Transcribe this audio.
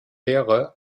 lehre